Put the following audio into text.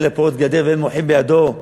מלך פורץ גדר ואין מוחים בידו.